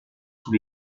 sous